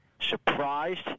surprised